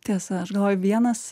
tiesa aš galvoju vienas